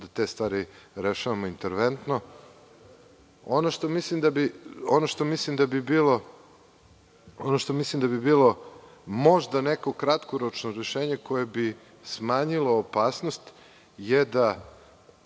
da te stvari rešavamo interventno. Ono što mislim da bi bilo možda neko kratkoročno rešenje koje bi smanjilo opasnost je da